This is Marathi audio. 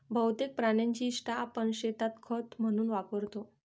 बहुतेक प्राण्यांची विस्टा आपण शेतात खत म्हणून वापरतो